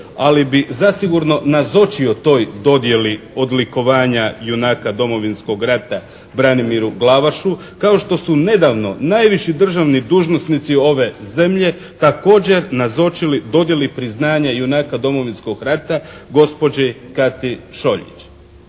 ali bi zasigurno nazočio toj dodjeli odlikovanja junaka Domovinskog rata Branimiru Glavašu kao što su nedavno najviši državni dužnosnici ove zemlje također nazočili dodjeli priznanja junaka Domovinskog rata gospođi Kati Šoljić.